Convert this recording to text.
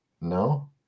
no